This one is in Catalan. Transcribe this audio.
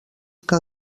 que